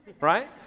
Right